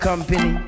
Company